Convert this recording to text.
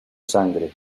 sangre